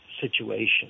situation